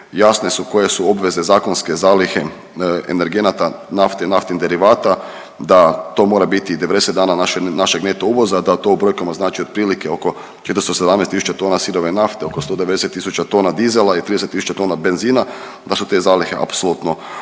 jasno su koje su obveze zakonske zalihe energenata nafte, naftnih derivata da to mora biti 90 dana našeg neto uvoza, da brojkama znači otprilike oko 417 tisuća tona sirove nafte, oko 190 tisuća tona dizela i 30 tisuća tona benzina pa su te zalihe apsolutno